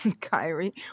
Kyrie